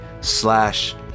slash